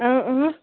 اۭں اۭں